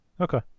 Okay